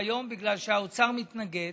מסדר-היום בגלל שהאוצר מתנגד